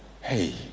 Hey